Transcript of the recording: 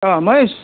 ओ Mahesh